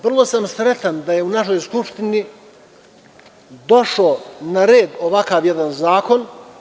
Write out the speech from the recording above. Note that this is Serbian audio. Vrlo sam sretan da je u našoj Skupštini došao na red jedan ovakav zakon.